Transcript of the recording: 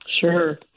Sure